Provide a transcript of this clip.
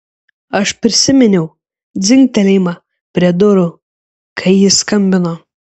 aš prisiminiau dzingtelėjimą prie durų kai jis skambino